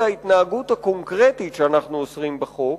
ההתנהגות הקונקרטית שאנחנו אוסרים בחוק